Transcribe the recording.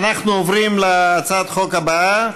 אנחנו עוברים להצעת החוק הבאה,